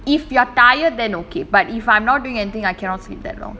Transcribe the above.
if you are tired then okay but if I'm not doing anything I cannot sleep that long